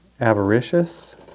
avaricious